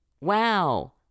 wow